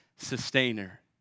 sustainer